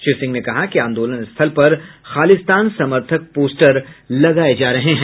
श्री सिंह ने कहा कि आंदोलन स्थल पर खालिस्तान समर्थक पोस्टर लगाये जा रहे हैं